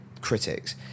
critics